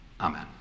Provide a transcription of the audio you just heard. Amen